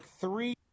Three